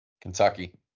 Kentucky